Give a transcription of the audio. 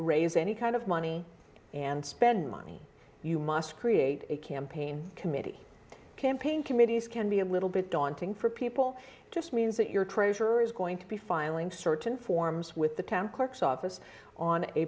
raise any kind of money and spend money you must create a campaign committee campaign committees can be a little bit daunting for people just means that your treasurer is going to be filing certain forms with the town clerk's office on a